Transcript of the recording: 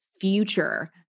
future